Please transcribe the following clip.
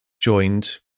joined